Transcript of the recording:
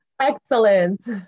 Excellent